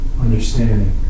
understanding